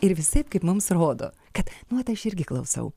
ir visaip kaip mums rodo kad mat aš irgi klausau